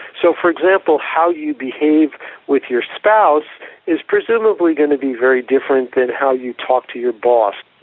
so for example how you behave with your spouse is presumably going to be very different than how you talk to your boss.